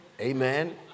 Amen